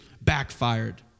backfired